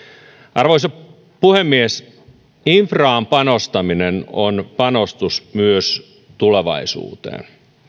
arvoisa puhemies infraan panostaminen on panostus myös tulevaisuuteen